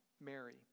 Mary